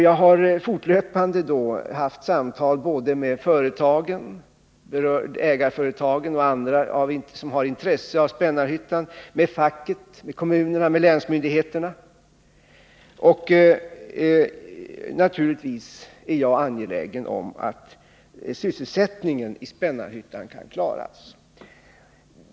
Jag har fortlöpande haft samtal med ägarföretagen och andra som har intresse av Spännarhyttan, med facket, med kommunerna, med länsmyndigheterna. Naturligtvis är jag angelägen om att sysselsättningen i Spännarhyttan skall kunna klaras.